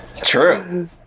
True